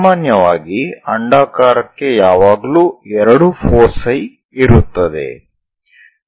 ಸಾಮಾನ್ಯವಾಗಿ ಅಂಡಾಕಾರಕ್ಕೆ ಯಾವಾಗಲೂ 2 ಫೋಸೈ ಇರುತ್ತದೆ